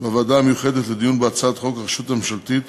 בוועדה המיוחדת לדיון בהצעת חוק הרשות הממשלתית